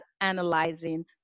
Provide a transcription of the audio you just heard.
analyzing